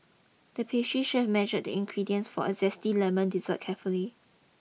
the pastry chef measured the ingredients for a zesty lemon dessert carefully